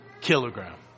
kilogram